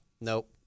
Nope